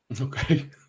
Okay